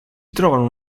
trovano